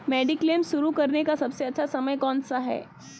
Mediclaim शुरू करने का सबसे अच्छा समय कौनसा है?